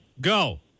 go